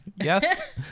Yes